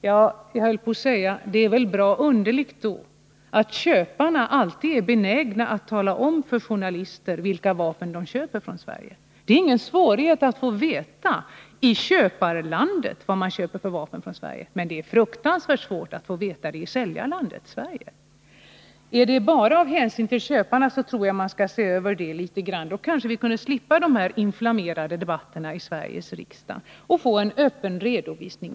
Ja, jag skulle vilja säga att det är väl bra underligt då, att köparna alltid är benägna att tala om för journalister vilka vapen de köper från Sverige. Det är ingen svårighet att få veta i köparlandet vilka vapen som köps från Sverige, men det är fruktansvärt svårt att få veta det i säljarlandet, Sverige. Om det bara är av hänsyn till köparna, tror jag man skall se över det hela — det kan inte få vara avgörande. Då kanske vi kunde slippa dessa inflammerade debatter i Sveriges riksdag och få en öppen redovisning.